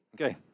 Okay